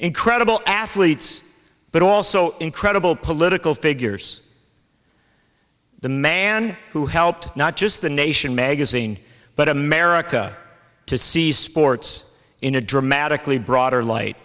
incredible athletes but also incredible political figures the man who helped not just the nation magazine but america to see sports in a dramatically broader light